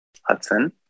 Hudson